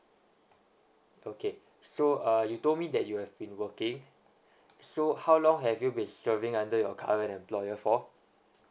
okay so err you told me that you have been working so how long have you been serving under your current employer for